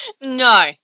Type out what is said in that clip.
No